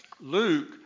Luke